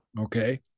Okay